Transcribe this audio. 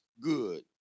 good